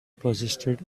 persisted